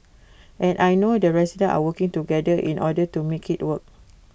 and I know the residents are working together in order to make IT work